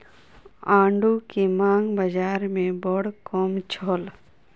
आड़ू के मांग बाज़ार में बड़ कम छल